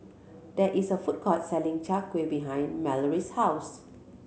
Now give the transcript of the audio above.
there is a food court selling Chai Kuih behind Malorie's house